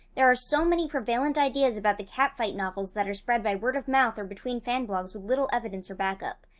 there are so many prevalent ideas about the catfight novels that are spread by word of mouth or between fan blogs with little evidence or backup.